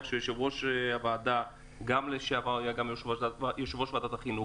שהיושב ראש שהיה יושב ראש ועדת החינוך,